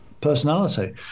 personality